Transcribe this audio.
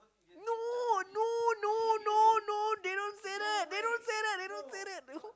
no no no no no they don't say that they don't say that they don't say that